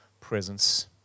presence